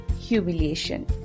humiliation